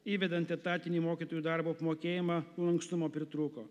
įvedant etatinį mokytojų darbo apmokėjimą lankstumo pritrūko